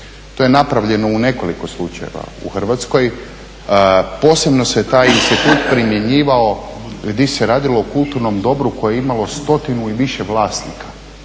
To je napravljeno u nekoliko slučajeva u Hrvatskoj. Posebno se taj institut primjenjivao di se radilo o kulturnom dobru koje je imalo stotinu i više vlasnika.